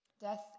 Death